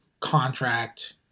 contract